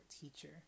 teacher